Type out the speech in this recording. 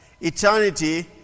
Eternity